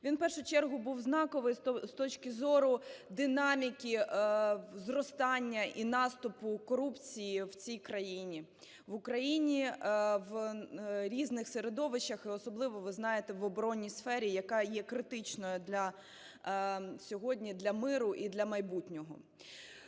Він, в першу чергу, був знаковий з точки зору динаміки зростання і наступу корупції в цій країні, в Україні в різних середовищах і особливо, ви знаєте, в оборонній сфері, яка є критичною сьогодні для миру і для майбутнього.